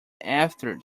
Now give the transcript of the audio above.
after